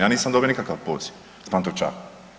Ja nisam dobio nikakav poziv s Pantovčaka.